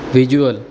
visual